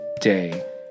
day